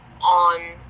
on